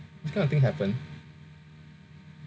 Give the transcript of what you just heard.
this kind of thing happen